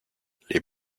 les